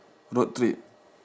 road trip